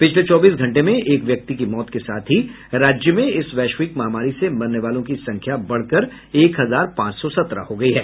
पिछले चौबीस घंटे में एक व्यक्ति की मौत के साथ ही राज्य में इस वैश्विक महामारी से मरने वालों की संख्या बढ़कर एक हजार पांच सौ सत्रह हो गई है